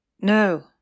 No